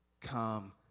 Come